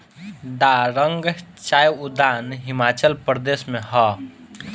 दारांग चाय उद्यान हिमाचल प्रदेश में हअ